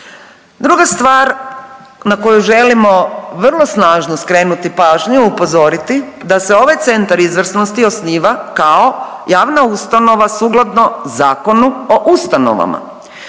Druga stvar na koju želimo vrlo snažno skrenuti pažnju, upozoriti da se ovaj Centar izvrsnosti osnivao kao javna ustanova sukladno Zakonu o ustanovama.